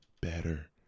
better